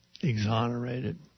exonerated